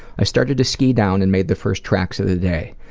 i started to ski down and made the first tracks of the day.